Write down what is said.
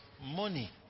money